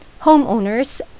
Homeowners